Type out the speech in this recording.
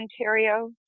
Ontario